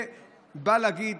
זה בא לתת